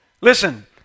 Listen